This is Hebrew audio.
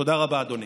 תודה רבה, אדוני.